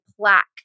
plaque